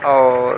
اور